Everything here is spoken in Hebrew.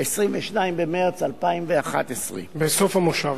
22 במרס 2011. בסוף המושב.